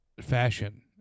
fashion